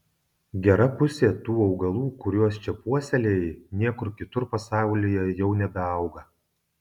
gera pusė tų augalų kuriuos čia puoselėji niekur kitur pasaulyje jau nebeauga